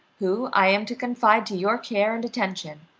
whom i am to confide to your care and attention,